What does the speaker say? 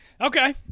Okay